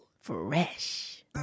Fresh